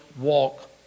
walk